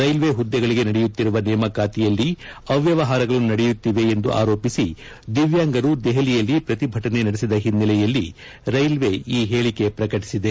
railway ಹುದ್ದೆಗಳಿಗೆ ನಡೆಯುತ್ತಿರುವ ನೇಮಕಾತಿಯಲ್ಲಿ ಅವ್ಯವಹಾರಗಳು ನಡೆಯುತ್ತಿವೆ ಎಂದು ಆರೋಪಿಸಿ ದಿವ್ಯಾಂಗರು ದೆಪಲಿಯಲ್ಲಿ ಪ್ರತಿಭಟನೆ ನಡೆಸಿದ ಹಿನ್ನೆಲೆಯಲ್ಲಿ ರೈಲ್ವೆ ಈ ಹೇಳಿಕೆ ಪ್ರಕಟಿಸಿದೆ